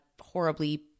horribly